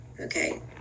okay